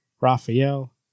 Raphael